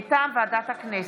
מטעם ועדת הכנסת.